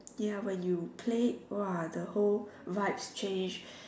ya when you play !wah! the whole vibes change